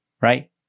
Right